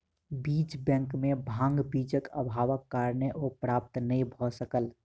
बीज बैंक में भांग बीजक अभावक कारणेँ ओ प्राप्त नै भअ सकल